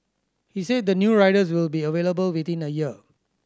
he said the new riders will be available within a year